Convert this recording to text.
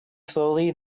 slowly